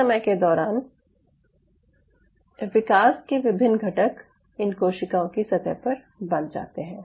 इस समय के दौरान विकास के विभिन्न घटक इन कोशिकाओं की सतह पर बंध जाते हैं